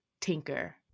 tinker